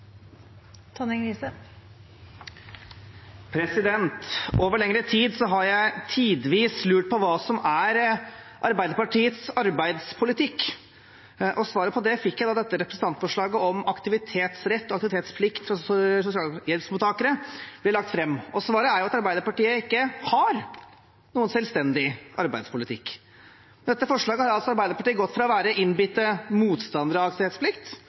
minutter. Over lengre tid har jeg tidvis lurt på hva som er Arbeiderpartiets arbeidspolitikk. Svaret på det fikk jeg da dette representantforslaget om aktivitetsrett og aktivitetsplikt for sosialhjelpsmottakere ble lagt fram. Svaret er at Arbeiderpartiet ikke har noen selvstendig arbeidspolitikk. Med dette forslaget har altså Arbeiderpartiet gått fra å